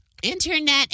Internet